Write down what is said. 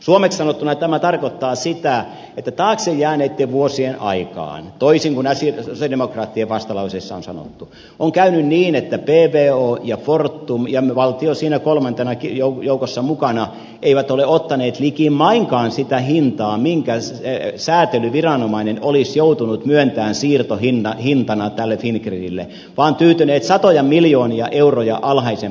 suomeksi sanottuna tämä tarkoittaa sitä että taakse jääneitten vuosien aikaan toisin kuin sosialidemokraattien vastalauseessa on sanottu on käynyt niin että pvo ja fortum ja valtio siinä kolmantena joukossa mukana eivät ole ottaneet likimainkaan sitä hintaa minkä säätelyviranomainen olisi joutunut myöntämään siirtohintana tälle fingridille vaan ne ovat tyytyneet satoja miljoonia euroja alhaisempaan hintaan